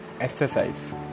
exercise